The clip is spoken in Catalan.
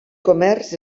comerç